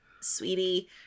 sweetie